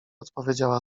odpowiedziała